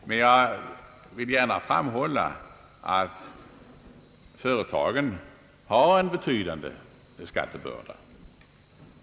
Men jag vill gärna framhålla att företagen har en betydande skattebörda.